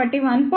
కాబట్టి 1